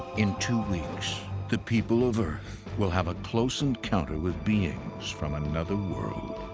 in two weeks, the people of earth will have a close encounter with beings from another world.